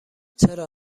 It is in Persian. چرا